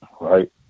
right